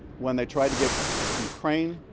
when they tried to get ukraine